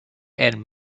and